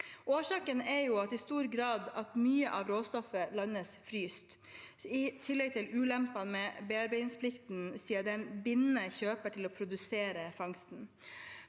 Årsaken er i stor grad at mye av råstoffet landes fryst, i tillegg til ulempene med bearbeidingsplikten siden den binder kjøper til å produsere fangsten.